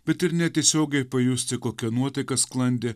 bet ir netiesiogiai pajusti kokia nuotaika sklandė